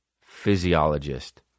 Physiologist